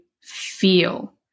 feel